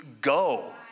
go